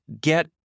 get